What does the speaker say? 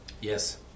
Yes